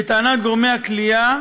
לטענת גורמי הכליאה